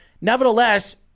nevertheless –